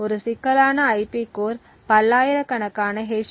ஒரு சிக்கலான IP core பல்லாயிரக்கணக்கான எச்